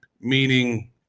meaning